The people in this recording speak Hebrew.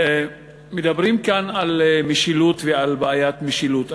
מדברים כאן על משילות ועל בעיית משילות.